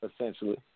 essentially